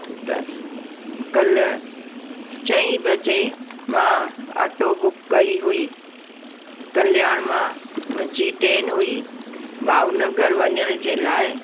त कल्ह चईं वजे मां ऑटो बुक कई हुई कल्याण मां मुंहिंजी ट्रेन हुई भावनगर वञण जे लाइ